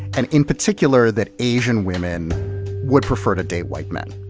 and in particular that asian women would prefer to date white men.